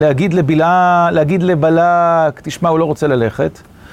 להגיד לבלע... להגיד לבלק, תשמע, הוא לא רוצה ללכת.